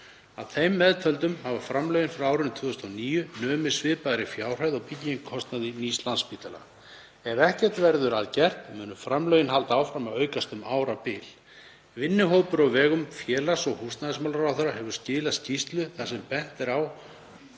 Að þeim meðtöldum hafa framlögin frá árinu 2009 numið svipaðri fjárhæð og byggingarkostnaði nýs Landspítala. Ef ekkert verður að gert munu framlögin halda áfram að aukast um árabil. Vinnuhópur á vegum félags- og húsnæðismálaráðherra hefur skilað skýrslu þar sem bent var á